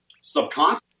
Subconscious